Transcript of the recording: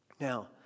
Now